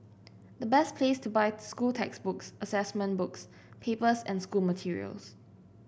the best place to buy school textbooks assessment books papers and school materials